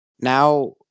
now